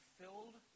filled